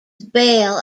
bail